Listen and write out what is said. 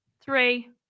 three